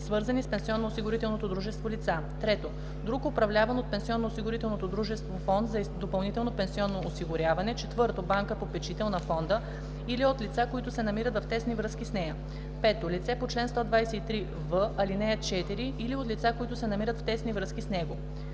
свързани с пенсионноосигурителното дружество лица; 3. друг управляван от пенсионноосигурителното дружество фонд за допълнително пенсионно осигуряване; 4. банката попечител на фонда или от лица, които се намират в тесни връзки с нея; 5. лице по чл. 123в, ал. 4 или от лица, които се намират в тесни връзки с него;